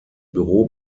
büro